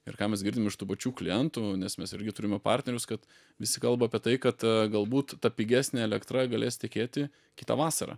ir ką mes girdim iš tų pačių klientų nes mes irgi turime partnerius kad visi kalba apie tai kad galbūt ta pigesnė elektra galės tekėti kitą vasarą